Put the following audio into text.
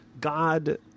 God